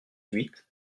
huit